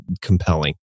compelling